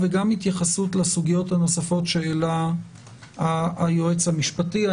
וגם התייחסות לסוגיות הנוספות שהעלה היועץ המשפטי.